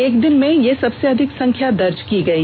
एक दिन में यह सबसे अधिक संख्या दर्ज की गई